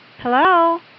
Hello